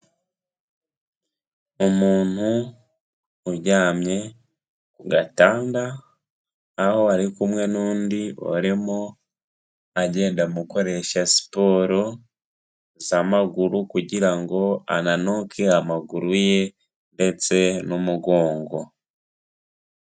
Umuntu uryamye ku gatanda aho ari kumwe n'undi arimo agenda amukoresha siporo z'amaguru kugira ngo ananuke amaguru ye ndetse n'umugongo.